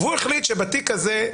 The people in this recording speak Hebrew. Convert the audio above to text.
הוא החליט שבתיק הזה,